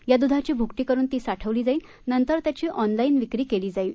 या दुधाची भूकटी करुन ती साठवली जाईल नंतर त्याची ऑनलाईन विक्री केली जाईल